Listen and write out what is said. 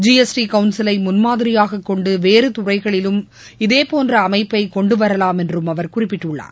G S T கவுன்சிலை முன்மாதிரியாகக் கொண்டு வேறு துறைகளிலும் இதேபோன்ற அமைப்பை கொண்டுவரலாம் என்றும் அவர் குறிப்பிட்டுள்ளார்